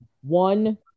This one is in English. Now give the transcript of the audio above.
One